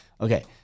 Okay